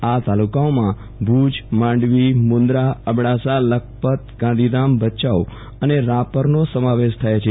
આ તાલુકાઓમાં ભુજ માંડવી મુન્દ્રા અબડાસા લખપત ગાંધીધામ ભચાઉ અને રાપરનો સમાવેશ થાય છે